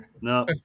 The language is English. No